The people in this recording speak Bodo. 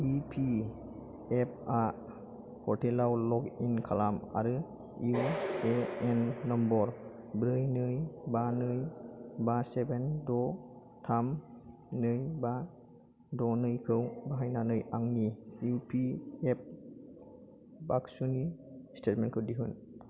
इ प् एफ अ पर्टेलाव लग इन खालाम आरो इउ ए एन नम्बर ब्रै नै बा नै बा सेभेन द' थाम नै बा द' नैखौ बाहायनानै आंनि इउ पि एफ पासबुकनि स्टेटमेन्टखौ दिहुन